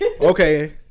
Okay